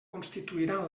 constituiran